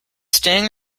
sting